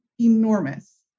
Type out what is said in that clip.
enormous